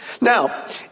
Now